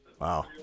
Wow